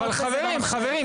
חברים,